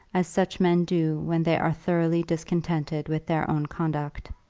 as such men do when they are thoroughly discontented with their own conduct.